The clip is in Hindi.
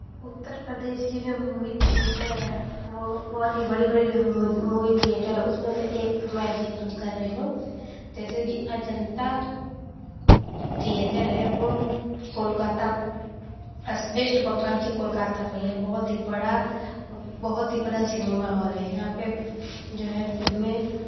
उत्तर प्रदेश की जो मूवी थिएटर है वो बहुत ही बड़ी बड़ी जो मूवी थिएटर है उसमें से एक मैं जिक्र कर रही हूँ जैसे की अजंता थिएटर है वो कोलकाता वेस्ट बंगाल के कोलकाता में है बहुत ही बड़ा बहुत ही बड़ा सिनेमाहॉल है यहाँ पे जो है फ़िल्में